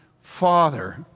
Father